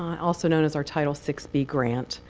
also known as our title six b grant.